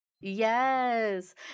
Yes